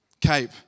cape